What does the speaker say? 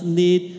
need